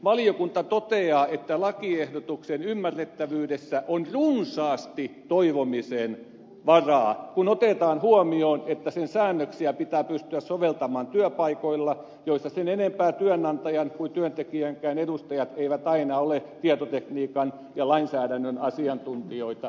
valiokunta toteaa että lakiehdotuksen ymmärrettävyydessä on runsaasti toivomisen varaa kun otetaan huomioon että sen säännöksiä pitää pystyä soveltamaan työpaikoilla joissa sen enempää työnantajan kuin työntekijöidenkään edustajat eivät aina ole tietotekniikan ja lainsäädännön asiantuntijoita